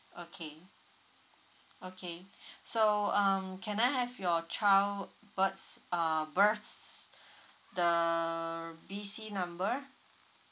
okay okay so um can I have your child births uh birth the B_C number